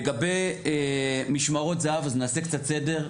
לגבי משמרות זהב, אז נעשה קצת סדר.